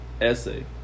essay